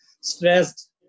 stressed